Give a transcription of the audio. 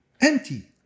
empty